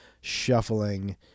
shuffling